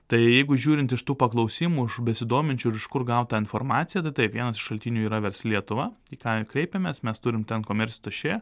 tai jeigu žiūrint iš tų paklausimų iš besidominčių ir iš kur gaut tą informaciją tai taip vienas iš šaltinių yra versli lietuva į ką kreipėmės mes turim ten komercatašė